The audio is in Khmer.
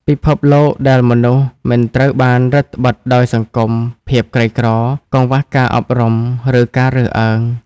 ពិភពលោកដែលមនុស្សមិនត្រូវបានរឹតត្បិតដោយសង្គម ភាពក្រីក្រ កង្វះការអប់រំ ឬការរើសអើង”។